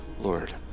Lord